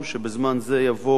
ובזמן זה יבואו